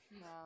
No